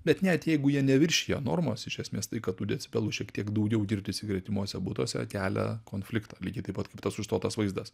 bet net jeigu jie neviršija normos iš esmės tai kad tų decibelų šiek tiek daugiau girdisi gretimuose butuose kelia konfliktą lygiai taip pat kaip tas užstotas vaizdas